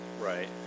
Right